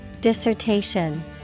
Dissertation